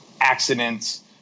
accidents